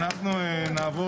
אנחנו נתחיל